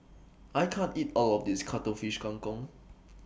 I can't eat All of This Cuttlefish Kang Kong